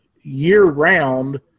year-round